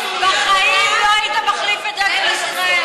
בחיים לא היית מחליף את דגל ישראל.